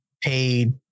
paid